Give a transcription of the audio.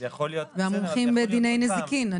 והמומחים בדיני נזיקין.